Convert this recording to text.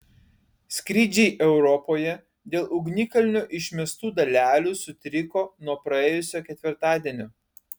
skrydžiai europoje dėl ugnikalnio išmestų dalelių sutriko nuo praėjusio ketvirtadienio